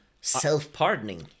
self-pardoning